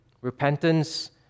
Repentance